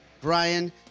Brian